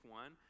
one